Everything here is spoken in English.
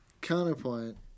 counterpoint